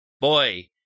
boy